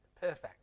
perfect